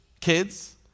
kids